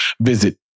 visit